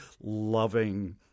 loving –